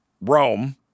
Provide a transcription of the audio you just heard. Rome